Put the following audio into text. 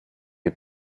you